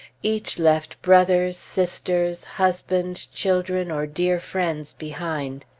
each left brothers, sisters, husband, children, or dear friends behind.